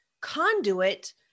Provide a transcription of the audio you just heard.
conduit